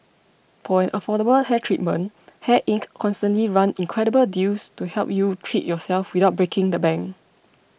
for an affordable hair treatment Hair Inc constantly run incredible deals to help you treat yourself without breaking the bank